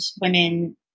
women